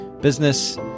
business